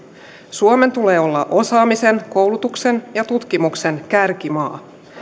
suomen tulee olla osaamisen koulutuksen ja tutkimuksen kärkimaa